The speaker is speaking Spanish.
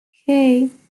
hey